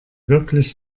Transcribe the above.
wirklich